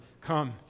Come